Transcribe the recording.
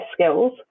skills